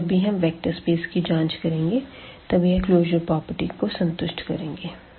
तो जब भी हम वेक्टर स्पेस की जांच करेंगे तब यह क्लोज़र प्रॉपर्टी को संतुष्ट करेंगे